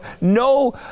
no